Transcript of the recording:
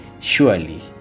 surely